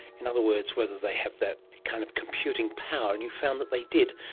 in other words, whether they have that kind of computing power, and you found that they did,